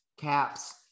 caps